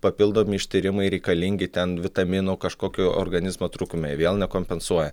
papildomi ištyrimai reikalingi ten vitaminų kažkokių organizmo trūkume vėl nekompensuoja